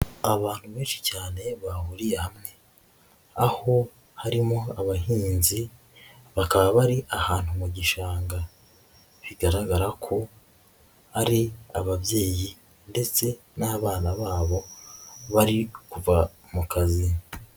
Abantu benshi cyane bahuriye hamwe aho harimo abahinzi bakaba bari ahantu mu gishanga, bigaragara ko ari ababyeyi ndetse n'abana babo bari kuva mu kazi.